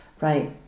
right